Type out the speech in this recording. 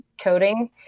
coding